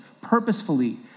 purposefully